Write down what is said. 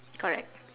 correct